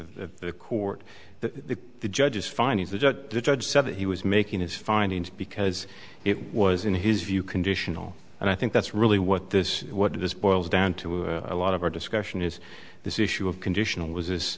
the court that the judge's findings the judge said that he was making his findings because it was in his view conditional and i think that's really what this what this boils down to a lot of our discussion is this issue of conditional was